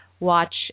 watch